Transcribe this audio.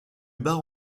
bars